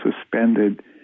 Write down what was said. suspended